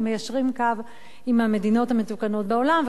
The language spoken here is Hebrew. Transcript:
ומיישרים קו עם המדינות המתוקנות בעולם,